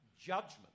judgment